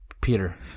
Peter